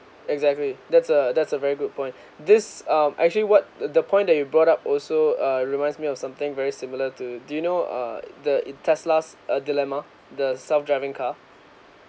exactly that's a that's a very good point this um actually what the the point that you brought up also err reminds me of something very similar to do you know uh the tesla's dilemma the self driving car